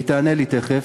היא תענה לי תכף,